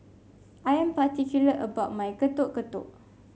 I am particular about my Getuk Getuk